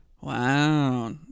wow